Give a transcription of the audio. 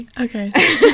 okay